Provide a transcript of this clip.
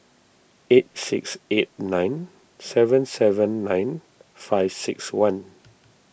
eight six eight nine seven seven nine five six one